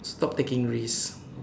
stop taking risks